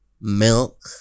milk